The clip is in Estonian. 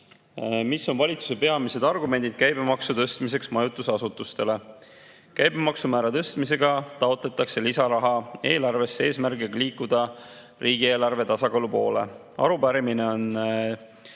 "Mis on valitsuse peamised argumendid käibemaksu tõstmiseks majutusasutustele?" Käibemaksumäära tõstmisega taotletakse lisaraha eelarvesse, eesmärgiga liikuda riigieelarve tasakaalu poole. Arupärimine on